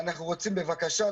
ואנחנו מבקשים: בבקשה,